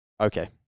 okay